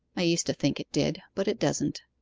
i used to think it did but it doesn't.